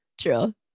True